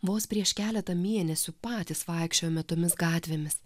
vos prieš keletą mėnesių patys vaikščiojome tomis gatvėmis